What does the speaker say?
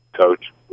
coach